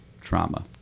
trauma